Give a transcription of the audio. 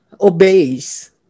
obeys